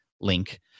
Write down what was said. link